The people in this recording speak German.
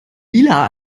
lila